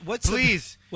Please